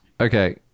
Okay